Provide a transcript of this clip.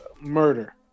murder